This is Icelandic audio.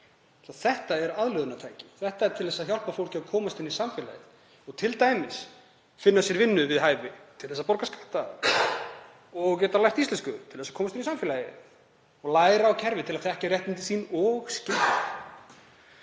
þetta er aðlögunartæki. Þetta er til þess að hjálpa fólki að komast inn í samfélagið og t.d. finna sér vinnu við hæfi, til að borga skatta og geta lært íslensku til að komast inn í samfélagið og læra á kerfið til að þekkja réttindi sín og skyldur.